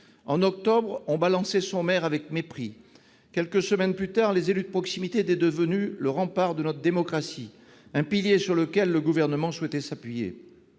En octobre dernier, on « balançait » son maire avec mépris. Quelques semaines plus tard, les élus de proximité étaient devenus le rempart de notre démocratie, un pilier sur lequel le Gouvernement souhaitait s'appuyer.